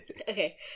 Okay